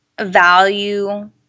value